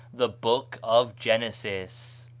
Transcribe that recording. the book of genesis.